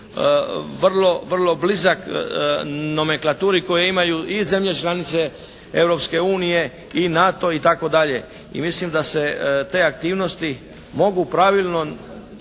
vrlo blizak nomenklaturi koje imaju i zemlje članice Europske unije i NATO itd. i mislim da se te aktivnosti mogu pravilno